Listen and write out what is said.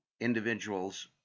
individuals